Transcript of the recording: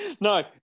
No